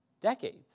decades